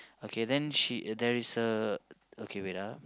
okay then she there is a okay wait ah